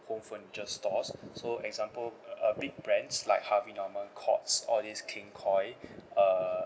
home furniture stores so example uh big brands like harvey norman courts all these king koil uh